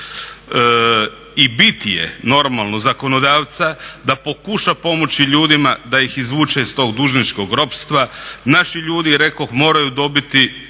I bit je, normalno, zakonodavca da pokuša pomoći ljudima da ih izvuče iz tog dužničkog ropstva. Naši ljudi, rekoh, moraju dobiti